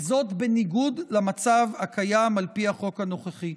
וזאת בניגוד למצב הקיים על פי החוק הנוכחי.